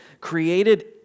created